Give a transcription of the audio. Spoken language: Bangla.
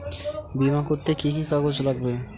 বিমা করতে কি কি কাগজ লাগবে?